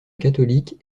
catholique